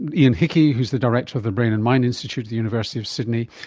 ian hickie who is the director of the brain and mind institute at the university of sydney,